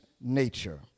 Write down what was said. nature